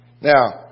Now